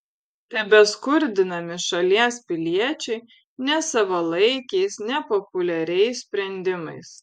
tebeskurdinami šalies piliečiai nesavalaikiais nepopuliariais sprendimais